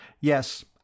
Yes